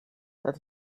that